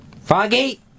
Foggy